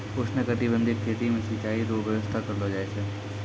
उष्णकटिबंधीय खेती मे सिचाई रो व्यवस्था करलो जाय छै